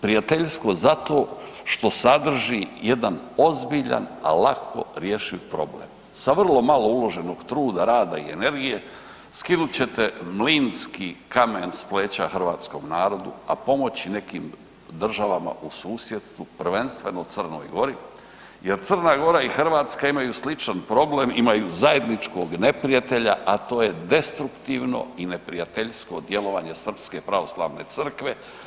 Prijateljstvo zato što sadrži jedan ozbiljan, a lako rješiv problem sa vrlo malo uloženog truda, rada i energije, skinut ćete mlinski kamen s pleća hrvatskom narodu, a pomoći nekim državama u susjedstvu, prvenstveno Crnoj Gori, jer Crna Gora i Hrvatska imaju sličan problem, imaju zajedničkog neprijatelja, a to je destruktivno i neprijateljsko djelovanje Srpske pravoslavne crkve.